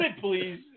Please